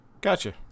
Gotcha